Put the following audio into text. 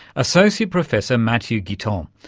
associate professor matthieu guitton, um